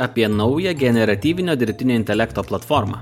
apie naują generatyvinio dirbtinio intelekto platformą